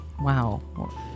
Wow